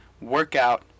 workout